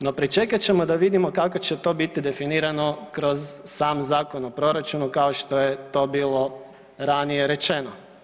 No pričekat ćemo da vidimo kako će to biti definirano kroz sam Zakon o proračunu kao što je to bilo ranije rečeno.